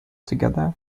together